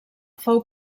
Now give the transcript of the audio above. fou